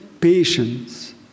patience